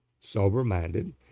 sober-minded